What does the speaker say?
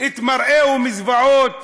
את מבטו מזוועות